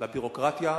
לביורוקרטיה,